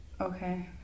Okay